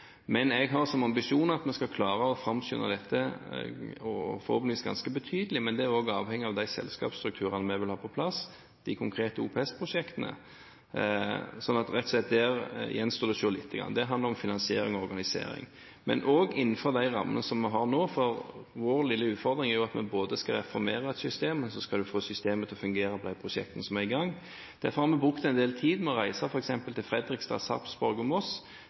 ambisjon at vi skal klare å framskynde dette – forhåpentligvis ganske betydelig – men det er avhengig av de selskapsstrukturene vi vil ha på plass, de konkrete OPS-prosjektene. Det gjenstår rett og slett å se lite grann på dette. Det handler om finansiering og organisering, men innenfor de rammene som vi har nå. Vår lille utfordring er jo at vi skal både reformere et system og få systemet til å fungere i de prosjektene som er i gang. Derfor har vi brukt en del tid på å reise til f.eks. Fredrikstad, Sarpsborg og Moss,